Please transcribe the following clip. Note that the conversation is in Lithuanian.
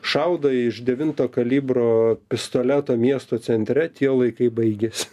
šaudai iš devinto kalibro pistoleto miesto centre tie laikai baigės